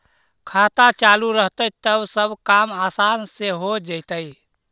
खाता चालु रहतैय तब सब काम आसान से हो जैतैय?